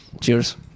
Cheers